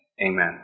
Amen